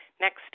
Next